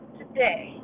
today